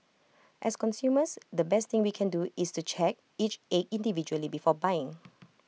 as consumers the best thing we can do is to check each egg individually before buying